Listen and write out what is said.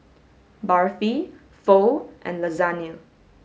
Barfi Pho and Lasagne